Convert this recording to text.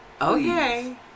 Okay